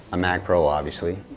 a mac pro, obviously.